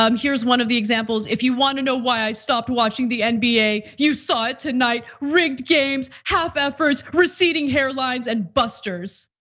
um here's one of the examples. if you want to know why i stopped watching the nba, you saw it tonight. rigged games, half efforts, receding hairlines, and busters.